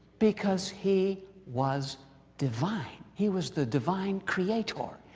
because he was divine he was the divine creator.